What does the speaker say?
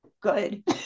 good